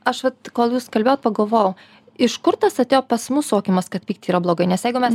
aš vat kol jūs kalbėjot pagalvojau iš kur tas atėjo pas mus suvokimas kad pykt yra blogai nes jeigu mes